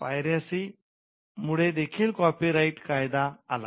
piracy मुळे देखील copyright कायदा आला